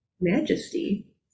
majesty